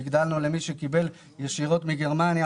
שבמסגרתו הגדלנו למי שקיבל ישירות מגרמניה.